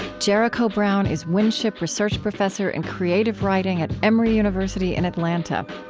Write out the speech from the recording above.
jericho brown is winship research professor in creative writing at emory university in atlanta.